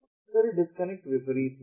फिर डिस्कनेक्ट विपरीत है